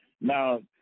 Now